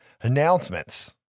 Announcements